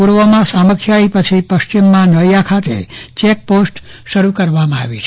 પૂર્વમાં સામખીયાળી પછી પશ્ચિમમાં નળિયા ખાતે ચેક પોસ્ટ શરૂ કરવામાં આવી છે